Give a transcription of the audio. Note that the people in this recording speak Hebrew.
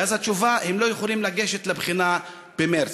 ואז התשובה היא שהם לא יכולים לגשת לבחינה במרס.